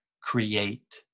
create